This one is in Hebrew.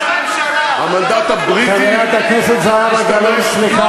אדוני ראש הממשלה, אתה לא בטוח שזאת